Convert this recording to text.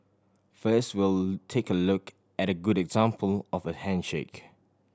first we'll take a look at a good example of a handshake